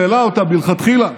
שהעלה אותה מלכתחילה.